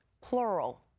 plural